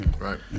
Right